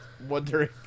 wondering